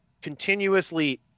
continuously